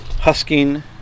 husking